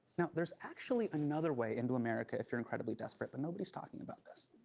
now, there's actually another way into america if you're incredibly desperate, but nobody's talking about this.